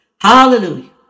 Hallelujah